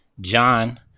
John